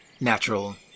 natural